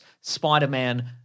Spider-Man